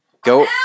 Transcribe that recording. Go